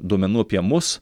duomenų apie mus